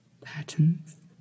Patterns